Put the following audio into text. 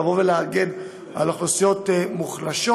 לבוא ולהגן על אוכלוסיות מוחלשות,